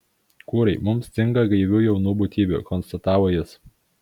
kūrai mums stinga gaivių jaunų būtybių konstatavo jis